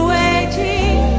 waiting